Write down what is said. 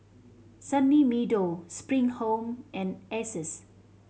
Sunny Meadow Spring Home and Asus